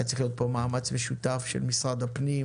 היה צריך להיות פה מאמץ משותף של משרד הפנים,